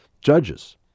judges